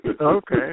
Okay